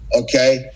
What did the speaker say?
okay